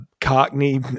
Cockney